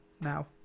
now